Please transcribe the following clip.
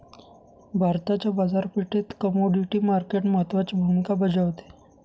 भारताच्या बाजारपेठेत commodity market महत्त्वाची भूमिका बजावते